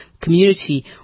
community